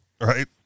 Right